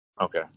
Okay